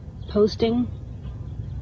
posting